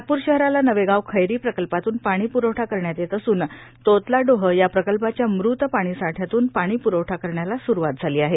नागपूर शहराला नवेगाव खैरी प्रकल्पातून पाणीप्रवठा करण्यात येत असून तोतलाडोह या प्रकल्पाच्या मृत पाणीसाठ्यातून पाणीप्रवठा करण्याला स्रुवात झाली आहे